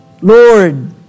Lord